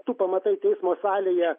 tu pamatai teismo salėje